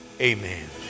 Amen